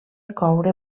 coure